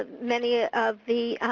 ah many ah of the